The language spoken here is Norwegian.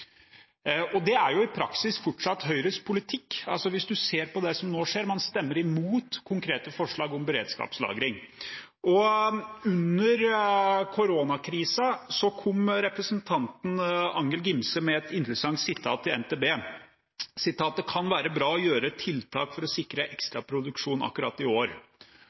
Det er i praksis fortsatt Høyres politikk hvis man ser på det som nå skjer, der man stemmer imot konkrete forslag om beredskapslagring. Under koronakrisen kom representanten Angell Gimse med et interessant utsagn til NTB: «Det kan være bra å gjøre tiltak for å sikre oss akkurat i år.»